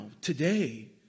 today